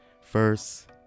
First